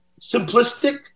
simplistic